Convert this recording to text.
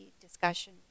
discussion